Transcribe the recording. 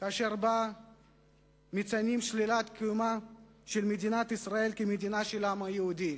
כאשר מציינים בה שלילת קיומה של מדינת ישראל כמדינה של העם היהודי.